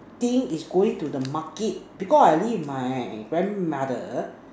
thing is going to the Market because I live my grandmother